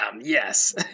yes